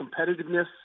competitiveness